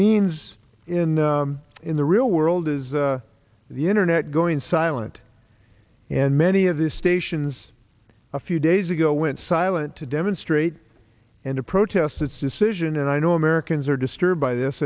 means in in the real world is the internet going silent and many of these stations a few days ago went silent to demonstrate and protest its decision and i know americans are disturbed by this